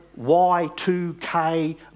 Y2K